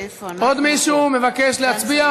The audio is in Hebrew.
עוד מישהו מבקש להצביע?